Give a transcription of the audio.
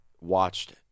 watched